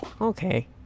Okay